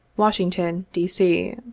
washington, d. c.